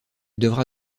devra